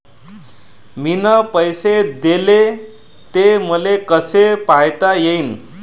मिन पैसे देले, ते मले कसे पायता येईन?